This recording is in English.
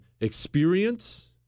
experience